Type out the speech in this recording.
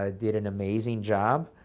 ah did an amazing job.